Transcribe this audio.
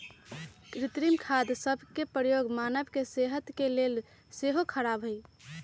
कृत्रिम खाद सभ के प्रयोग मानव के सेहत के लेल सेहो ख़राब हइ